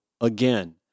Again